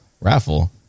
raffle